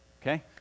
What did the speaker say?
okay